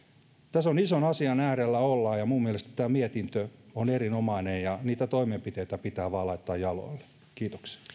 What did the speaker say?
tässä ollaan ison asian äärellä minun mielestäni tämä mietintö on erinomainen ja niitä toimenpiteitä pitää vain laittaa jaloille kiitoksia